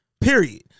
Period